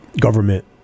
government